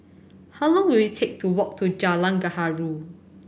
how long will it take to walk to Jalan Gaharu